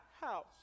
house